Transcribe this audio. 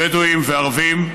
בדואים וערבים,